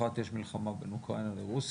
אחת, יש מלחמה בין אוקראינה לרוסיה,